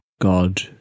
god